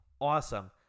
awesome